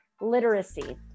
Literacy